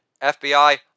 FBI